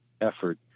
effort